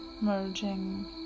Merging